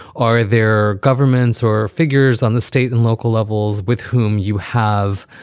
are there governments or figures on the state and local levels with whom you have